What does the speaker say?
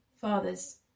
Fathers